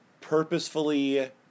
purposefully